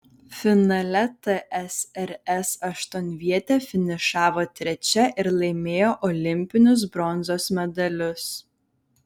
finale tsrs aštuonvietė finišavo trečia ir laimėjo olimpinius bronzos medalius